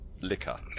Liquor